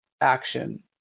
action